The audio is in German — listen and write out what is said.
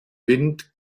wind